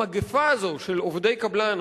המגפה הזאת של עובדי קבלן,